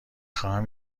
خواهم